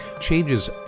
changes